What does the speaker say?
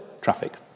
traffic